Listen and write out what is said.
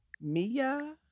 Mia